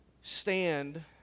stand